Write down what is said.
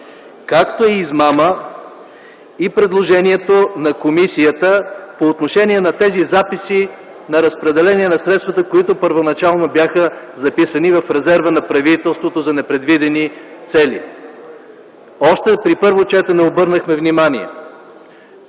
както е измама и предложението на комисията по отношение на тези записи на разпределение на средствата, които първоначално бяха записани в резерва на правителството за непредвидени цели. Още при първо четене обърнахме внимание